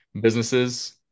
businesses